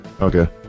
Okay